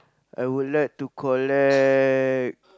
I would like to collect